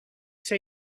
say